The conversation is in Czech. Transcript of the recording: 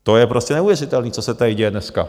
To je prostě neuvěřitelný, co se tady dneska děje.